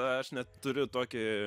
aš net turiu tokį